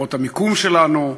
למרות המיקום שלנו,